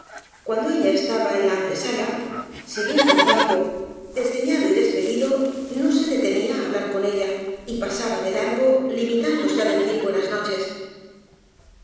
cuando ella estaba en la antesala si bien don paco desdeñado y despe dido no se detenía á hablar con ella y pasaba de largo limitándose á decir buenas noches